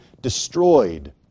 destroyed